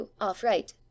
off-right